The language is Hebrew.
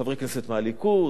חברי כנסת מהליכוד,